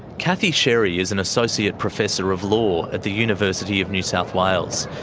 cathy sherry is an associate professor of law at the university of new south wales.